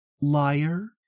liar